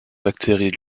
bactéries